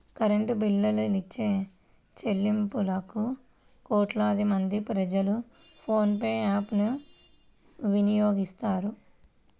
current బిల్లులుచెల్లింపులకు కోట్లాది మంది ప్రజలు ఫోన్ పే యాప్ ను వినియోగిస్తున్నారు